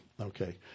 Okay